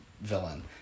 villain